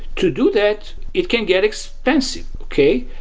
to do that, it can get expensive, okay?